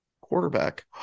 quarterback